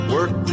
Work